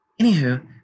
Anywho